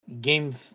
Game